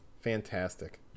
fantastic